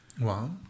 wow